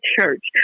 church